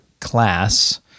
class